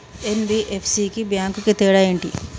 NBFC కి bank కి తేడా ఏంటి?